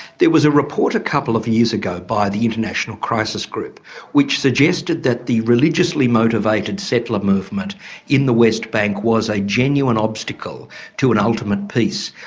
there was a report a couple of years ago by the international crisis group which suggested that the religiously motivated settler movement in the west bank was a genuine obstacle to an ultimate peace.